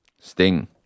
Sting